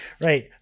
right